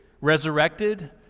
resurrected